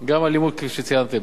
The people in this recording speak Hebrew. גם אלימות, כפי שציינתם.